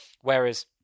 Whereas